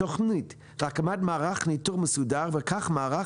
תוכנית להקמת מערך ניטור מסודר ובכך מערך